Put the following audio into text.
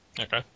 Okay